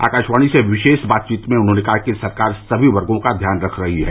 आकाशवाणी से विशेष बातचीत में उन्होंने कहा कि सरकार सभी वर्गों का ध्यान रख रही है